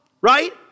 right